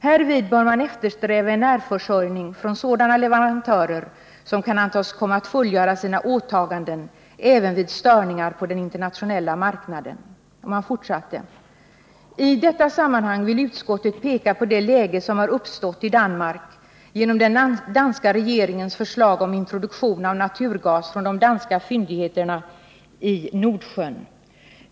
Härvid bör man eftersträva närförsörjning från sådana leverantörer som kan antas komma att fullgöra sina åtaganden även vid störningar på den internationella marknaden.” Utskottet fortsatte: ”I detta sammanhang vill utskottet peka på det läge som har uppstått i Danmark genom den danska regeringens förslag om introduktion av naturgas från de danska fyndigheterna i Nordsjön.